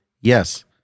Yes